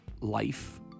life